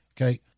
okay